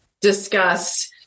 discuss